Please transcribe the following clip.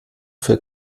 für